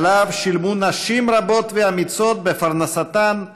שעליו שילמו נשים רבות ואמיצות בפרנסתן,